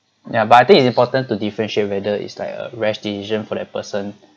ya but I think it's important to differentiate whether it's like a rash decision for that person